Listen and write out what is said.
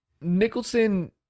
Nicholson